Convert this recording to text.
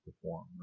perform